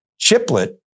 chiplet